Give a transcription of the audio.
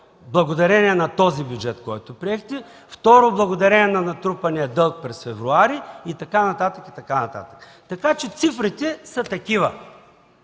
благодарение на този бюджет, който приехте. Второ, благодарение на натрупания дълг през февруари и така нататък, и така нататък. Така че цифрите са такива